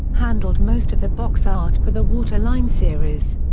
handled most of the box art for the water line series.